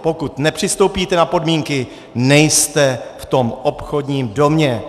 Pokud nepřistoupíte na podmínky, nejste v tom obchodním domě.